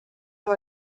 how